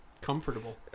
Comfortable